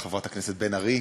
חברת הכנסת בן ארי,